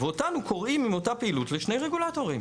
ואותנו קורעים עם אותה פעילות לשני רגולטורים.